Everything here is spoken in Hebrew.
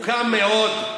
ארוכה מאוד,